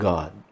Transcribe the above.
God